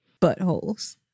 buttholes